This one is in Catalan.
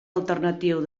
alternatiu